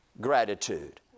gratitude